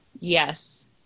Yes